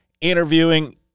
Interviewing